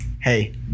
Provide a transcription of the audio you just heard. hey